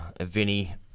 Vinny